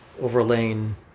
overlaying